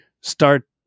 start